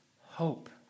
hope